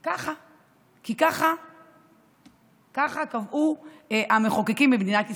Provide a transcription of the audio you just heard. ככה, כי ככה קבעו המחוקקים במדינת ישראל,